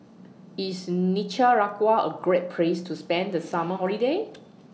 IS Nicaragua A Great Place to spend The Summer Holiday